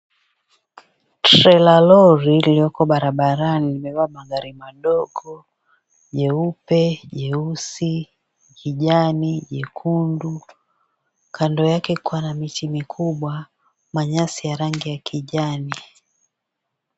Trela la lori iliyoko barabarani limebeba magari madogo nyeupe, nyeusi, kijani, jekundu. Kando yake kuna miti mikubwa manyasi ya rangi ya kijani.